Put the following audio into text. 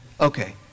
Okay